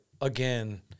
again